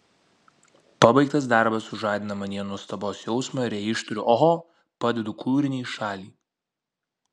pabaigtas darbas sužadina manyje nuostabos jausmą ir jei ištariu oho padedu kūrinį į šalį